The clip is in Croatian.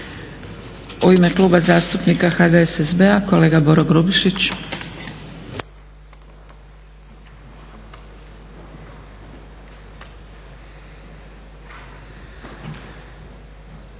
U ime Kluba zastupnika HDSSB-a kolega Boro Grubišić.